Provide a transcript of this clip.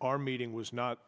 our meeting was not